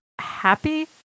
Happy